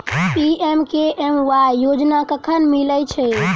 PMKMY योजना कखन मिलय छै?